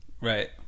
right